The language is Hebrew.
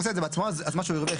אז מה שהוא הרוויח,